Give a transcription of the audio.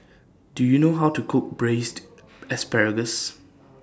Do YOU know How to Cook Braised Asparagus